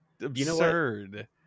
absurd